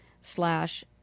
slash